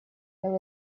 there